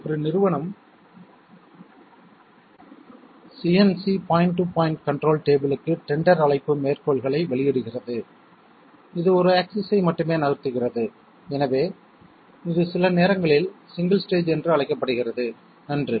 ஒரு நிறுவனம் CNC point to point control டேபிள்க்கு டெண்டர் அழைப்பு மேற்கோள்களை வெளியிடுகிறது இது ஒரு ஆக்ஸிஸ் ஐ மட்டுமே நகர்த்துகிறது எனவே இது சில நேரங்களில் சிங்கிள் ஸ்டேஜ் என்று அழைக்கப்படுகிறது நன்று